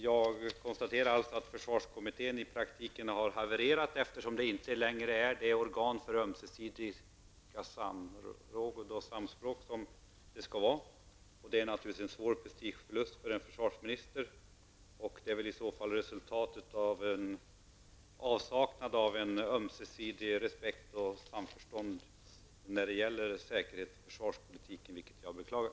Jag konstaterar att försvarskommittén i praktiken har havererat, eftersom det inte längre är det organ för ömsesidigt samråd och samspråk som det skall vara. Det är naturligtvis en svår prestigeförlust för en försvarsminister, och det är i så fall ett resultat av en avsaknad av ömsesidig respekt och samförstånd när det gäller säkerhets och försvarspolitiken, vilket jag beklagar.